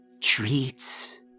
treats